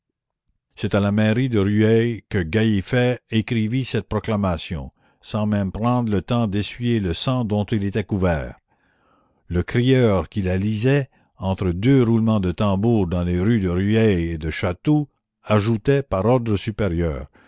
c'est à la mairie de rueil que gallifet écrivit cette proclamation sans même prendre le temps d'essuyer le sang dont il était couvert le crieur qui la lisait entre deux roulements de tambour dans les rues de rueil et de chatou ajoutait par ordre supérieur